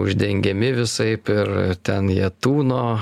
uždengiami visaip ir ten jie tūno